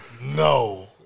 No